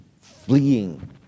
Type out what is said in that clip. fleeing